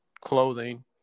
clothing